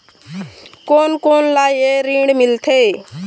कोन कोन ला ये ऋण मिलथे?